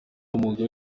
umwuga